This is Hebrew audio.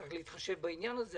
יש להתחשב בכך.